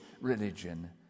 religion